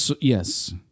Yes